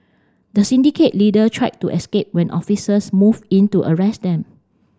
the syndicate leader tried to escape when officers moved in to arrest them